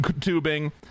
tubing